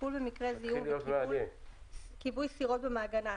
טיפול במקרי זיהום וכיבוי שריפות במעגנה,